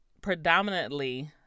predominantly